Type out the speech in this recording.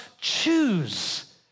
choose